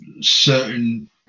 certain